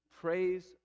praise